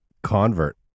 convert